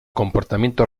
comportamiento